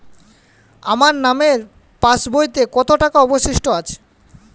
আমার নামের পাসবইতে কত টাকা অবশিষ্ট আছে?